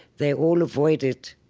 they all avoided,